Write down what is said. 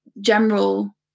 general